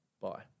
bye